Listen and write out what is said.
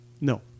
No